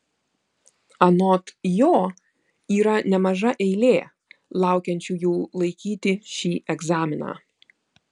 anot jo yra nemaža eilė laukiančiųjų laikyti šį egzaminą